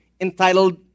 entitled